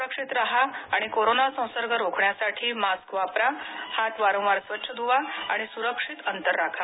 सुरक्षित राहा आणि कोरोना संसर्ग रोखण्यासाठी मास्क वापरा हात वारंवार स्वच्छ धुवा आणि सुरक्षित अंतर राखा